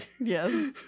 Yes